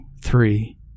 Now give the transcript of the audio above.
three